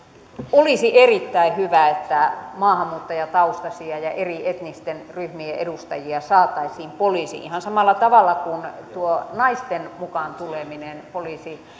olisi erittäin hyvä että maahanmuuttajataustaisia ja eri etnisten ryhmien edustajia saataisiin poliisiin ihan samalla tavalla kuin tuo naisten mukaan tuleminen